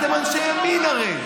הרי אתם אנשי ימין.